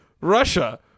Russia